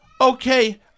okay